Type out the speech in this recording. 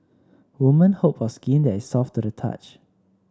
women hope for skin that is soft to the touch